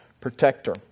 protector